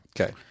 Okay